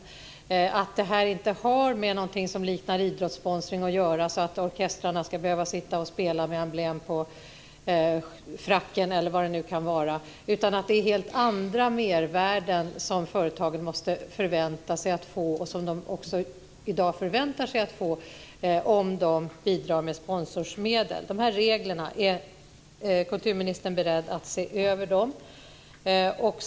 Det bör framgå att det här inte har med något som liknar idrottssponsring att göra, så att orkestrarna ska behöva sitta och spela med emblem på fracken eller vad det kan vara, utan att det är helt andra mervärden som företagen måste förvänta sig att få och som de också i dag förväntar sig att få om de bidrar med sponsorsmedel. Är kulturministern beredd att se över de här reglerna?